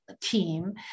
team